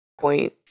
point